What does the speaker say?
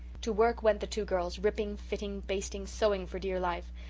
to work went the two girls, ripping, fitting, basting, sewing for dear life.